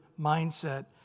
mindset